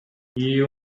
you